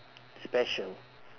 special